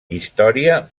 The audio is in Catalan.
història